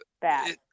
Bad